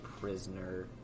prisoner